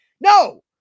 No